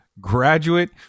graduate